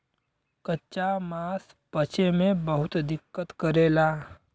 कच्चा मांस पचे में बहुत दिक्कत करेला